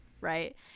Right